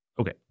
Okay